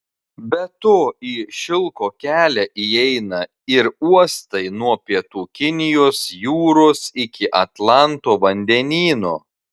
be to į šilko kelią įeina ir uostai nuo pietų kinijos jūros iki atlanto vandenyno